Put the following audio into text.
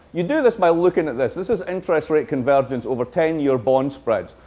you do this by looking at this. this is interest rate convergence over ten year bond spreads.